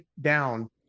down